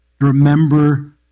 Remember